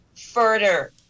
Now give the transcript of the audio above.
further